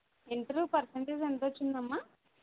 inter percentage ఎంత వచ్చిందమ్మా